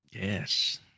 Yes